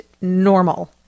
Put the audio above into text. normal